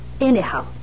anyhow